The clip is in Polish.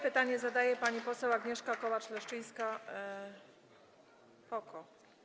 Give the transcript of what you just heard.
Pytanie zadaje pani poseł Agnieszka Kołacz-Leszczyńska, PO-KO.